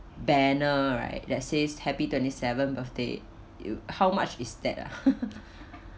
banner right that says happy twenty seventh birthday you how much is that ah